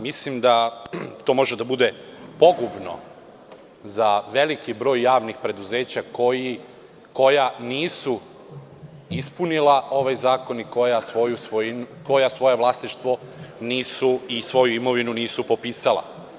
Mislim da to može da bude pogubno za veliki broj javnih preduzeća koja nisu ispunila ovaj zakon i koja svoje vlasništvo nisu i svoju imovinu nisu popisala.